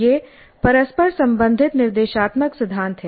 ये परस्पर संबंधित निर्देशात्मक सिद्धांत हैं